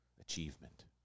achievement